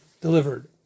delivered